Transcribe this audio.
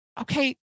Okay